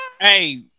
Hey